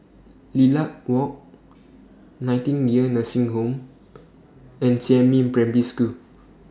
Lilac Walk Nightingale Nursing Home and Jiemin Primary School